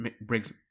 Briggs